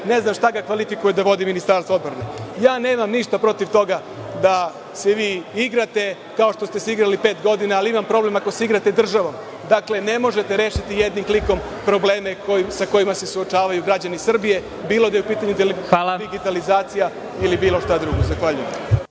ne znam šta ga kvalifikuje da vodi Ministarstvo odbrane? Nemam ja ništa protiv toga da se vi igrate, kao što ste se igrali pet godina, ali imam problem ako se igrate sa državom. Dakle, ne možete rešiti jednim klikom probleme sa kojima se suočavaju građani Srbije, bilo da je u pitanju digitalizacija ili bilo šta drugo. Zahvaljujem.